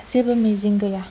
जेबो मिजिं गैया